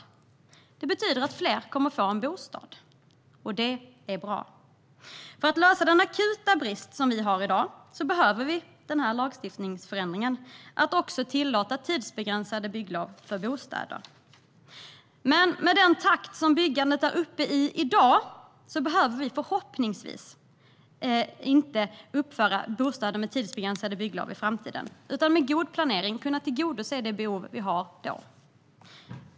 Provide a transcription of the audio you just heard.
Detta betyder att fler kommer att få en bostad, och det är bra. För att lösa den akuta brist som vi har i dag behöver vi denna lagstiftningsförändring så att tidsbegränsade bygglov tillåts också för bostäder. Men med den takt som byggandet i dag är uppe i behöver vi förhoppningsvis inte uppföra bostäder med tidsbegränsade bygglov i framtiden utan kommer med god planering att kunna tillgodose det behov vi har då.